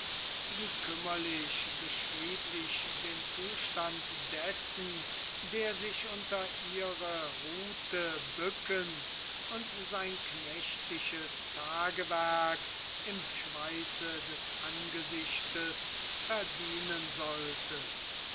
wie kümmerlich beschrieb ich den zustand dessen der sich unter ihrer rute bücken und sein knechtisches tagewerk im schweiße des angesichtes verdienen sollte